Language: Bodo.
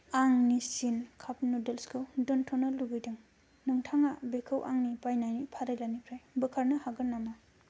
आं निस्सिन काप नुदोल्सखौ दोनथ'नो लुबैदों नोंथाङा बेखौ आंनि बायनायनि फारिलाइनिफ्राय बोखारनो हागोन नामा